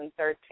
2013